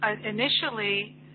Initially